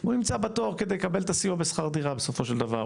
הוא נמצא בתור כדי לקבל את הסיוע בשכר דירה בסופו של דבר,